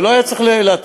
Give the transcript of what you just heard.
ולא היה צריך להטריד,